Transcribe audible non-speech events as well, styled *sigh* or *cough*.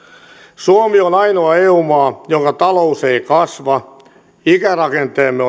suomi on ainoa eu maa jonka talous ei kasva ikärakenteemme *unintelligible*